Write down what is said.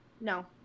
No